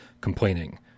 complaining